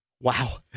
Wow